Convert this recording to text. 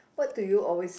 what do you always